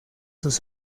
sus